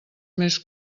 més